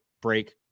break